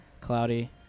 cloudy